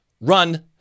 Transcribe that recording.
run